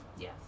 yes